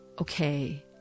okay